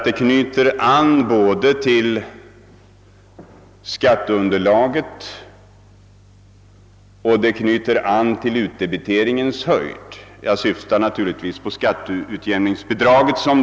Det knyter an både till skatteunderlaget och till utdebiteringens höjd — jag syftar naturligtvis på skatteutjämningsbidraget.